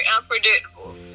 unpredictable